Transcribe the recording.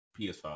PS5